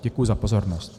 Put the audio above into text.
Děkuji za pozornost.